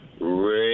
Ray